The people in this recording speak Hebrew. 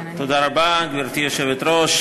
גברתי היושבת-ראש,